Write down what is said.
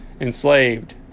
enslaved